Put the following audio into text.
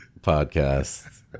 podcast